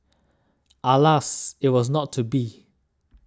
alas it was not to be